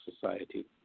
society